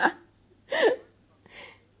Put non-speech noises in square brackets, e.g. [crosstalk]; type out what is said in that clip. [laughs]